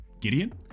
gideon